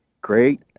Great